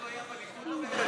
אז הוא היה בליכוד או בקדימה?